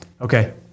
Okay